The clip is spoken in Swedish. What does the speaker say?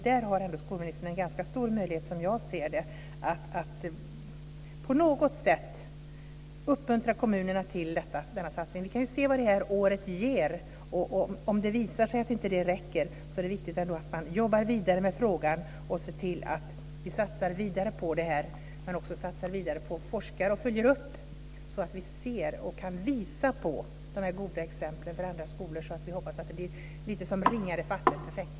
Där har skolministern en ganska stor möjlighet, som jag ser det, att på något sätt uppmuntra kommunerna till denna satsning. Vi kan se vad det här året ger. Om det visar sig att det inte räcker är det viktigt att man jobbar vidare med frågan och ser till att vi satsar vidare på detta och också satsar vidare på forskning samt följer upp så att vi ser och kan visa på de goda exemplen för andra skolor. Vi hoppas att det blir lite av en ringar-påvattnet-effekt.